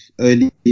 early